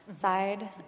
side